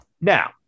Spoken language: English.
Now